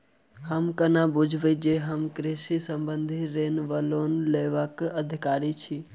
हम कोना बुझबै जे हम कृषि संबंधित ऋण वा लोन लेबाक अधिकारी छी?